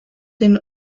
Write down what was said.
den